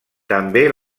també